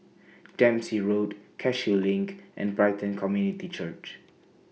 Dempsey Road Cashew LINK and Brighton Community Church